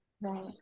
Right